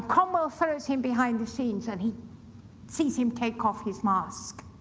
cromwell follows him behind the scenes and he sees him take off his mask.